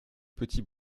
petit